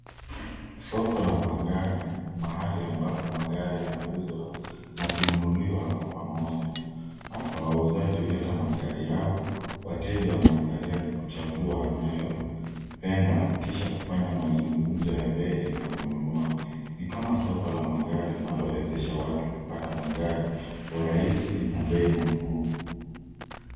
Soko la magari, mahali ambapo magari yanauzwa na kununuliwa kwa pamoja. Hapa wauzaji huleta magari yao, wateja wanaangalia na kuchagua wanayopenda, kisha kufanya mazungumzo ya bei na kununua. Ni kama soko la magari linalowezesha watu kupata magari kwa urahisi na bei nafuu.